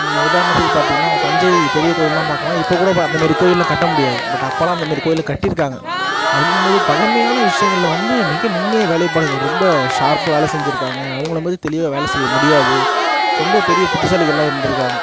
நீங்கள் உதாரணத்துக்கு பார்த்திங்கன்னா தஞ்சை பெரிய கோவில்லாம் பாக்கலாம் இப்போ கூட அந்த மாதிரி கோவில்லாம் கட்ட முடியாது பட் அப்போல்லாம் அந்த மாதிரி கோவில கட்டியிருக்காங்க அப்படின்னும் போது பழமையான விஷயங்கள்ல வந்து மிக நுண்ணிய வேலைப்பாடுகள் ரொம்ப ஷார்ப்பாக வேலை செஞ்சு இருக்காங்க அவங்கள மாதிரி தெளிவாக வேலை செய்ய முடியாது ரொம்ப பெரிய புத்திசாலிகளாக இருந்திருக்காங்க